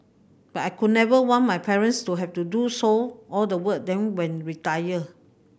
but I could never want my parents to have to do so all the work then when retired